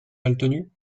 maltenu